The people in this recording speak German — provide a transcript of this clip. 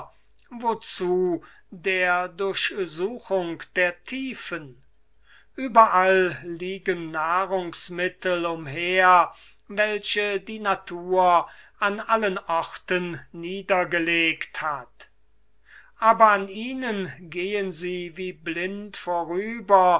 wozu der durchsuchung der tiefen ueberall liegen nahrungsmittel umher welche die natur an allen orten niedergelegt hat aber an ihnen gehen sie wie blind vorüber